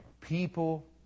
people